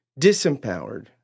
disempowered